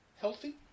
healthy